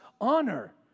honor